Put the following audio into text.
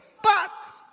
but